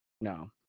No